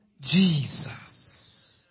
Jesus